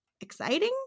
exciting